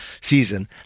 season